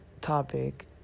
topic